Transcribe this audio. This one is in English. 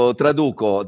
traduco